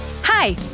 Hi